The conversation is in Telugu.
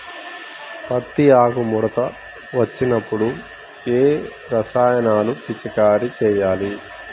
పత్తి ఆకు ముడత వచ్చినప్పుడు ఏ రసాయనాలు పిచికారీ చేయాలి?